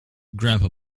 grandpa